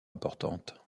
importantes